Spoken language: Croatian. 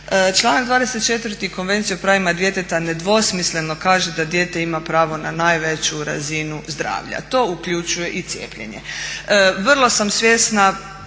Članak 24. Konvenciji o pravima djeteta nedvosmisleno kaže da dijete ima pravo na najveću razinu zdravlja, to uključuje i cijepljenje.